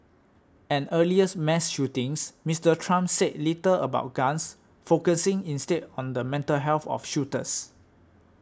an earlier mass shootings Mister Trump said little about guns focusing instead on the mental health of shooters